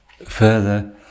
further